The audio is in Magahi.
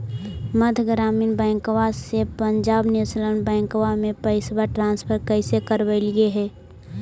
मध्य ग्रामीण बैंकवा से पंजाब नेशनल बैंकवा मे पैसवा ट्रांसफर कैसे करवैलीऐ हे?